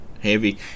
heavy